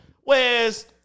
Whereas